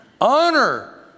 Honor